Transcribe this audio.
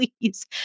please